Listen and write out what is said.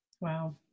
wow